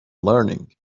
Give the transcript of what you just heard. learning